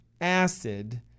acid